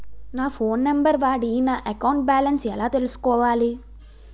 నా phone number వాడి నా అకౌంట్ బాలన్స్ ఎలా తెలుసుకోవాలి?